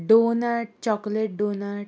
donut chocolate donut